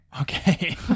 okay